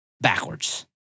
backwards